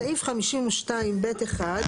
בסעיף 52(ב)(1),